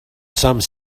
some